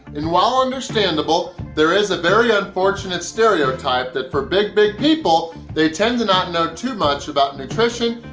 and while understandable, there is a very unfortunate stereotype that for big, big people, they tend to not know too much about nutrition,